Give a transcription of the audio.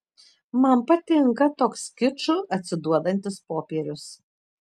man patinka toks kiču atsiduodantis popierius